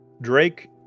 Drake